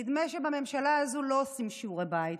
נדמה שבממשלה הזאת לא עושים שיעורי בית.